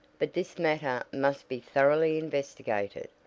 but this matter must be thoroughly investigated.